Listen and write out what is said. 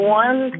one